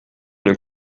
une